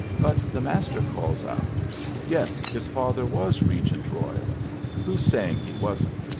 but the master calls out yes, his father was regent royal who's saying he wasn't?